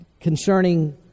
concerning